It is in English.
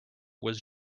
was